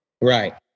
Right